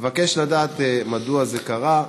אבקש לדעת מדוע זה קרה.